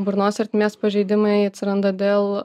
burnos ertmės pažeidimai atsiranda dėl